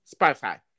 Spotify